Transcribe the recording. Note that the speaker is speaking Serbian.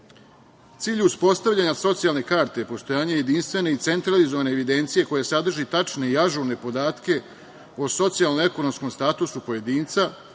uspostavljanja socijalne karte je postojanje jedinstvene i centralizovane evidencije koja sadrži tačne i ažurne podatke o socijalnoj-ekonomskom statusu pojedinca